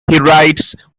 writes